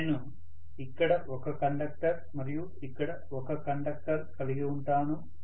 నేను ఇక్కడ ఒక కండక్టర్ మరియు ఇక్కడ ఒక కండక్టర్ కలిగివుంటాను